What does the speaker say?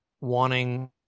wanting